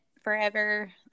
forever